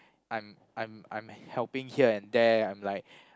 I'm I'm I'm helping here and there I'm like